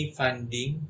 funding